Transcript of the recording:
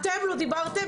אתם לא דיברתם,